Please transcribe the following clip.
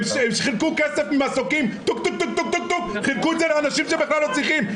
הם חילקו כסף עם מסוקים לאנשים שבכלל לא צריכים,